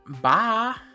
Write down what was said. Bye